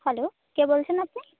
hello কে বলছেন আপনি